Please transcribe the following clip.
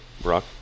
brock